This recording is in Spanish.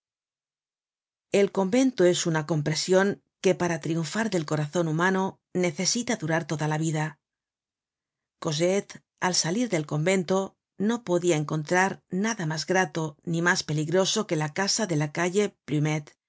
el convento es una compresión que pará triunfar del corazon humano necesita durar toda la vida content from google book search generated at cosette al salir del convento no podia encontrar nada mas grato ni mas peligroso que la casa de la calle